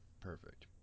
Perfect